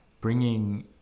bringing